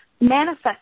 Manifest